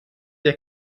der